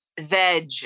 Veg